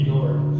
Lord